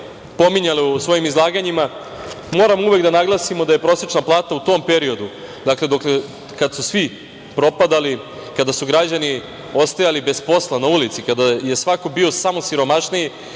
pominjale u svojim izlaganjima, moramo uvek da naglasimo da je prosečna plata u tom periodu, dakle, kad su svi propadali, kada su građani ostajali bez posla, na ulici, kada je svako bio samo siromašniji,